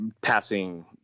passing